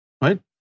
Right